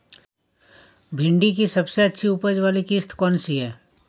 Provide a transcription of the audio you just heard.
भिंडी की सबसे अच्छी उपज वाली किश्त कौन सी है?